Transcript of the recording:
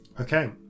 Okay